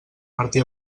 martí